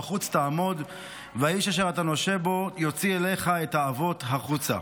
בחוץ תעמֹד והאיש אשר אתה נֹשה בו יוציא אליך את העבוט החוצה".